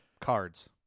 cards